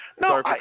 No